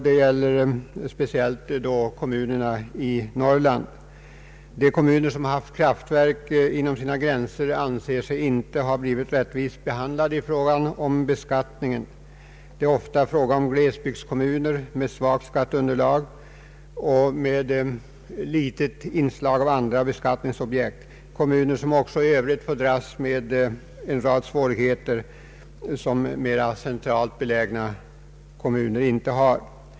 Den gäller speciellt kommuner i Norrland som haft kraftverk inom sina gränser och som anser sig ha blivit orättvist behandlade i fråga om beskattningen. Det gäller ofta glesbygdskommuner med svagt skatteunderlag och med lågt inslag av andra beskattningsobjekt. Dessa kommuner får också i övrigt dras med en rad svårigheter som inte förekommer i mera centralt belägna kommuner.